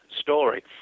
story